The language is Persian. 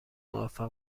موفق